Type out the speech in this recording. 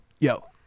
Yo